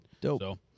Dope